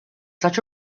such